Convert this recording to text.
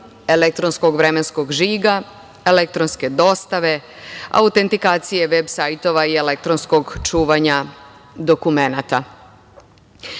elektronskog vremenskog žiga, elektronske dostave, autentifikacije veb sajtova i elektronskog čuvanja dokumenata. Takođe,